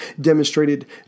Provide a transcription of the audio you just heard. demonstrated